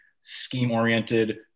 scheme-oriented